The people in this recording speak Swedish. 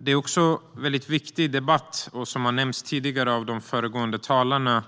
Det är också en väldigt viktig debatt, vilket har nämnts även av föregående talare,